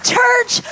Church